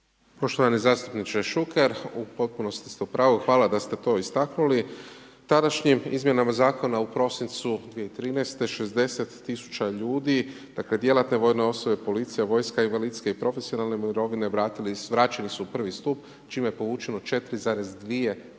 Poštovani zastupniče Šuker, u potpunosti ste u pravu, hvala da ste to istaknuli, tadašnjim izmjenama zakona, u prosincu 2013. 60 tisuća ljudi dakle, djelatne vojne osobe, policija, vojska, invalidske i profesionalne mirovine vraćene su u prvi stup, čime je povučeno 4,2